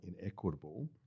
inequitable